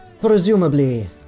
presumably